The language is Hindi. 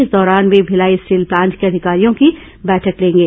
इस दौरान वे भिलाई स्टील प्लांट के अधिकारियों की बैठक लेंगे